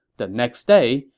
the next day,